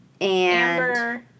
Amber